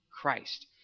Christ